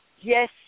Yes